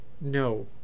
no